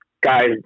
guys –